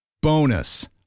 Bonus